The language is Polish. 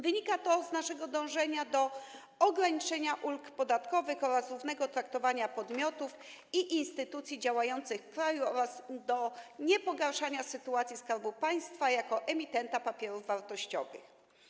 Wynika to z naszego dążenia do ograniczenia ulg podatkowych oraz równego traktowania podmiotów i instytucji działających w kraju oraz do niepogarszania sytuacji Skarbu Państwa jako emitenta papierów wartościowych.